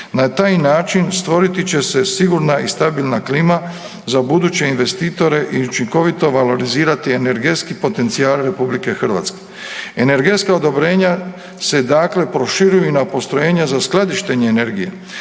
Na taj način stvoriti će se sigurna i stabilna klima za buduće investitore i učinkovito valorizirati energetski potencijal RH. Energetska odobrenja se dakle proširuju i na postrojenja za skladištenje energije,